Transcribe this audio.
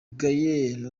gaulle